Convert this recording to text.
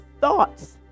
thoughts